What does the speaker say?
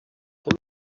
him